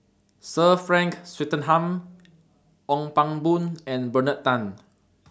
Sir Frank Swettenham Ong Pang Boon and Bernard Tan